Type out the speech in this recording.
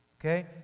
Okay